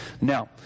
Now